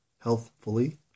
healthfully